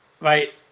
right